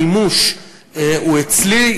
המימוש הוא אצלי.